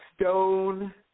stone